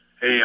hey